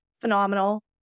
phenomenal